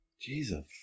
Jesus